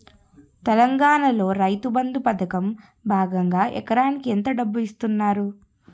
తెలంగాణలో రైతుబంధు పథకం భాగంగా ఎకరానికి ఎంత డబ్బు ఇస్తున్నారు?